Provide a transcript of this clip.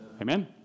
Amen